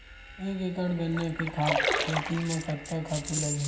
एक एकड़ गन्ना के खेती म कतका खातु लगही?